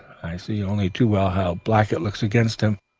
i see only too well how black it looks against him.